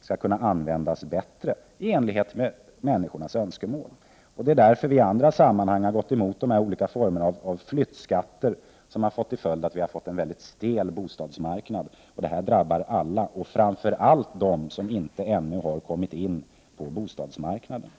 finns kan användas bättre och i enlighet med människors önskemål. Det är därför vi i andra sammanhang har gått emot olika former av flyttskatter, vilka haft till följd att vi fått en mycket stel bostadsmarknad. Detta drabbar alla och framför allt dem som ännu inte kommit in på bostadsmarknaden.